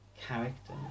character